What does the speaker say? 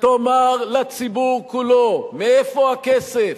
תאמר לציבור כולו מאיפה הכסף,